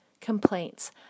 complaints